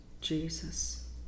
Jesus